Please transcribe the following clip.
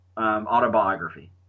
autobiography